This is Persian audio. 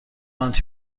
آنتی